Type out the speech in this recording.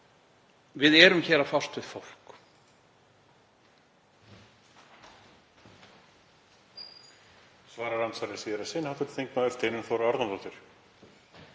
við erum hér að fást við fólk?